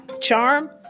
charm